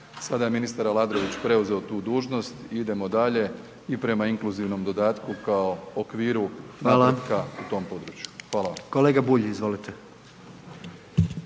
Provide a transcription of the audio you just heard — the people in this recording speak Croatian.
sada je ministar Aladrović preuzeo tu dužnost, idemo dalje i prema inkluzivnom dodatku kao okviru …/Upadica: Hvala/…napretka u tom području. Hvala vam. **Jandroković,